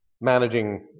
managing